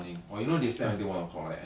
I prio~ I prior~ top side more